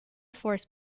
force